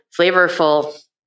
flavorful